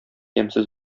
ямьсез